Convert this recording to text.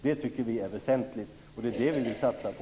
Det tycker vi är väsentligt. Det är det vi vill satsa på.